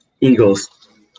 Eagles